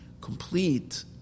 complete